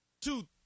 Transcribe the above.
two